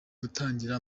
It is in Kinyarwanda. gutangira